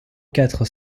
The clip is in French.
quatre